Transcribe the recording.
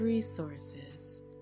resources